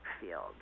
field